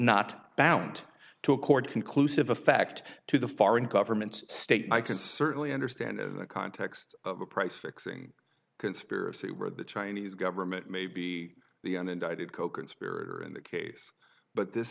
not bound to accord conclusive effect to the foreign governments state i can certainly understand the context of a price fixing conspiracy where the chinese government may be the unindicted coconspirator in that case but this